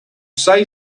say